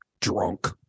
drunk